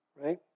right